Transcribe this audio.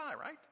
right